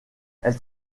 elle